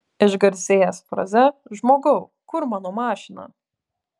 išgarsėjęs fraze žmogau kur mano mašina